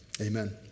amen